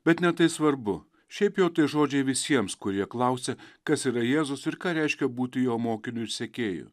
bet ne tai svarbu šiaip jau tai žodžiai visiems kurie klausia kas yra jėzus ir ką reiškia būti jo mokiniu ir sekėju